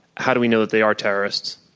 how do we know if they are terrorists?